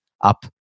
up